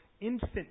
infant